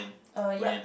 uh yup